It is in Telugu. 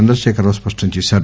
చంద్రశేఖర్ రావు స్పష్టం చేశారు